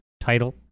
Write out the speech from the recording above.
title